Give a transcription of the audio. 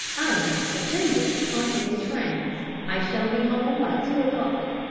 i am not dependent on any trains. i shall be home by two o'clock.